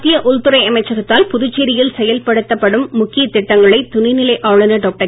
மத்திய உள்துறை அமைச்சகத்தால் புதுச்சேரியில் செயல்படுத்தப் படும் முக்கியத் திட்டங்களை துணைநிலை ஆளுனர் டாக்டர்